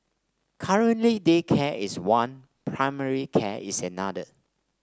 currently daycare is one primary care is another